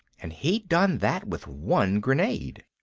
and he'd done that with one grenade.